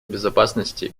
безопасности